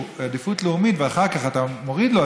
בעדיפות לאומית ואחר כך אתה מוריד לו,